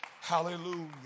Hallelujah